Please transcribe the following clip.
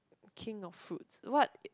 king of fruits what